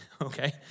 okay